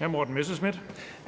(DF):